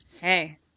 Hey